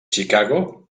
chicago